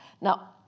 Now